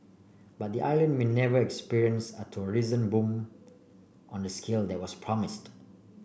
but the island may never experience a tourism boom on the scale that was promised